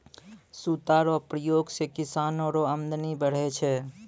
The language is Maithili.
सूता रो प्रयोग से किसानो रो अमदनी बढ़ै छै